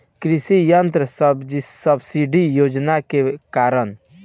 कृषि यंत्र सब्सिडी योजना के कारण?